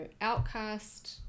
outcast